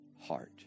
heart